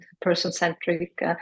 person-centric